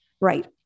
Right